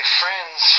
friends